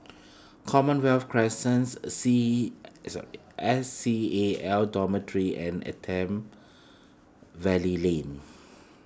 Commonwealth Crescents C E S C A L Dormitory and Attap Valley Lane